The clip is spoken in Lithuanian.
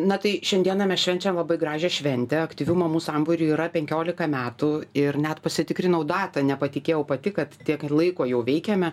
na tai šiandieną mes švenčiam labai gražią šventę aktyvių mamų sambūriui yra penkiolika metų ir net pasitikrinau datą nepatikėjau pati kad tiek ir laiko jau veikiame